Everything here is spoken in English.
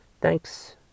Thanks